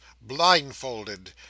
blindfolded